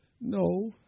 no